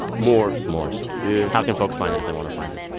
moors moors yeah how can folks find that if they want to find it?